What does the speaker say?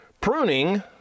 pruning